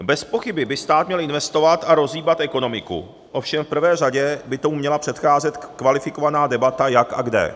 Bezpochyby by stát měl investovat a rozhýbat ekonomiku, ovšem v prvé řadě by tomu měla předcházet kvalifikovaná debata, jak a kde.